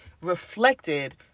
reflected